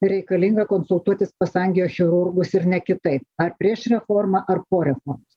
reikalinga konsultuotis pas angiochirurgus ir ne kitaip ar prieš reformą ar po reformos